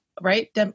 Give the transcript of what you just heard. right